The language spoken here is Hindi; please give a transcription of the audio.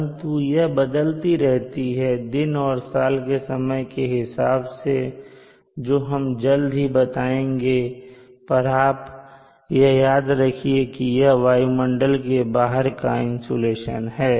परंतु यह बदलती रहती है दिन और साल के समय के हिसाब से जो हम जल्द ही बताएंगे पर आप यह याद रखिए कि यह वायुमंडल के बाहर का इंसुलेशन है